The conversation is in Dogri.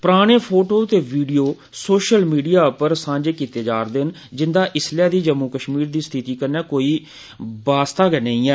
राने फोटो ते वीडियो सोशल मीडिया र सांझे कीते जा रदे न जिन्दा इसलै दी जम्मू कश्मीर दी स्थिति कन्नै कोई बाह वास्ता नेंई ऐ